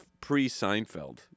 pre-Seinfeld